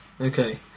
Okay